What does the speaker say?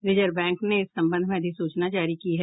reserve Bank ने इस संबंध में अधिसूचना जारी की है